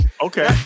Okay